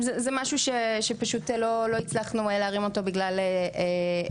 זה משהו שפשוט לא הצלחנו להרים אותו בגלל לו"ז